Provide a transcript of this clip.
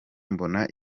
mbona